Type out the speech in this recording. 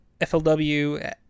FLW